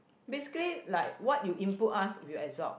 basically like what you input us we will absorb